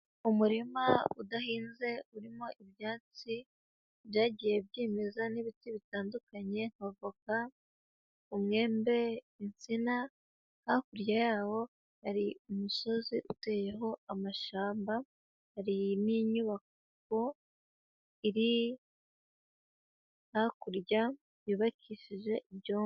Umurima udahinze urimo ibyatsi byagiye byimeza n'ibiti bitandukanye nka avoka, umwembe, insina, hakurya yawo yari umusozi uteyeho amashyamba, hari n'inyubako iri hakurya yubakishije ibyondo.